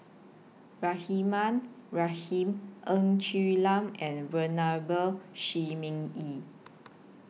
Rahimah Rahim Ng Quee Lam and Venerable Shi Ming Yi